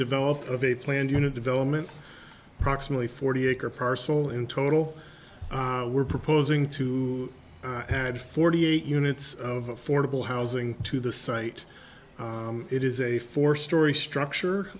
developed of a planned unit development proximately forty acre parcel in total we're proposing to had forty eight units of affordable housing to the site it is a four story structure